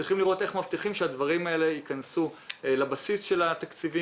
צריכים לראות איך מבטיחים שהדברים האלה ייכנסו לבסיס של התקציבים